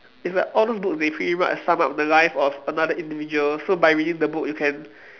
it's like all those books they pretty much sum up the life of another individual so by reading the book you can